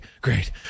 great